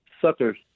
suckers